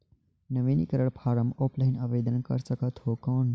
नवीनीकरण form offline आवेदन कर सकत हो कौन?